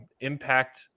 impact